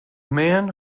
man